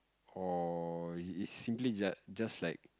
or is is simply just just like